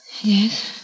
Yes